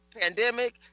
Pandemic